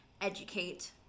educate